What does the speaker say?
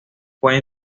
fue